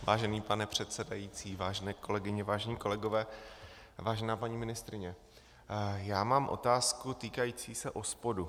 Vážený pane předsedající, vážené kolegyně, vážení kolegové, vážená paní ministryně, já mám otázku týkající se OSPOD.